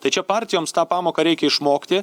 tai čia partijoms tą pamoką reikia išmokti